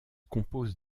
compose